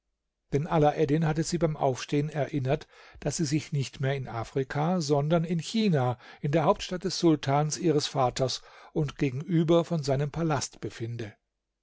denn alaeddin hatte sie beim aufstehen erinnert daß sie sich nicht mehr in afrika sondern in china in der hauptstadt des sultans ihres vaters und gegenüber von seinem palast befinde